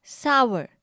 sour